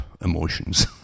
emotions